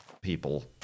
people